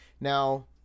Now